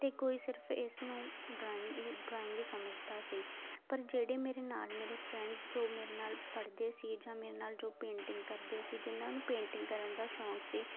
ਅਤੇ ਕੋਈ ਸਿਰਫ ਇਸ ਨੂੰ ਡਰਾਇੰਗ ਹੀ ਡਰਾਇੰਗ ਹੀ ਸਮਝਦਾ ਸੀ ਪਰ ਜਿਹੜੇ ਮੇਰੇ ਨਾਲ ਮੇਰੇ ਫਰੈਂਡ ਜੋ ਮੇਰੇ ਨਾਲ ਪੜ੍ਹਦੇ ਸੀ ਜਾਂ ਮੇਰੇ ਨਾਲ ਜੋ ਪੇਂਟਿੰਗ ਕਰਦੇ ਸੀ ਜਿਹਨਾਂ ਨੂੰ ਪੇਂਟਿੰਗ ਕਰਨ ਦਾ ਸ਼ੌਂਕ ਸੀ